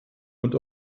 und